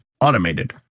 automated